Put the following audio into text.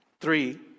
Three